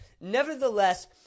Nevertheless